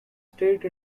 state